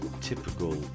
typical